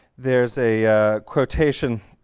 there's a quotation